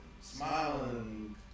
smiling